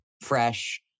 fresh